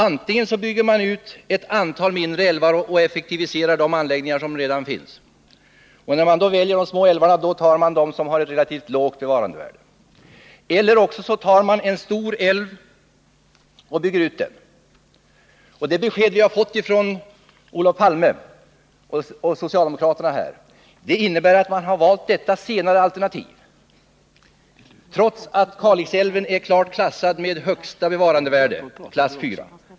Antingen bygger man ut ett antal mindre älvar och effektiviserar de anläggningar som redan finns. När man då väljer de små älvarna, tar man dem som har ett relativt lågt bevarandevärde. Eller också bygger man ut en stor älv. Det besked vi har fått från Olof Palme och socialdemokraterna innebär att de har valt detta senare alternativ, dvs. Kalix älv som har högsta bevarandevärde, nämligen klass 4.